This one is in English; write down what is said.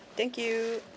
thank you